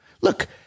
Look